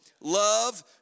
Love